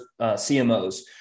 CMOs